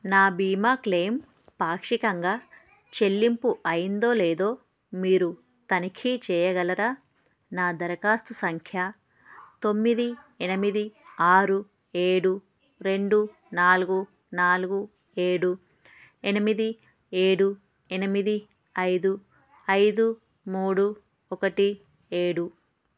నా బీమా క్లెయిమ్ పాక్షికంగా చెల్లింపు అయ్యిందో లేదో మీరు తనిఖీ చేయగలరా నా దరఖాస్తు సంఖ్య తొమ్మిది ఎనిమిది ఆరు ఏడు రెండు నాలుగు నాలుగు ఏడు ఎనిమిది ఏడు ఎనిమిది ఐదు ఐదు మూడు ఒకటి ఏడు